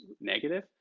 negative